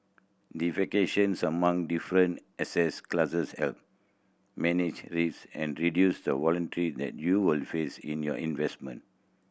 diversification among different asset classes help manage risk and reduce the volatility that you will face in your investments